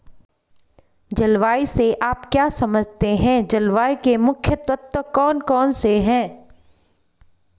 जलवायु से आप क्या समझते हैं जलवायु के मुख्य तत्व कौन कौन से हैं?